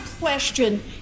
question